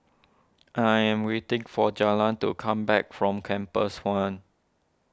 I am waiting for Jaylynn to come back from Compass one